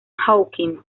hawking